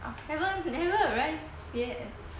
haven't never arrive yet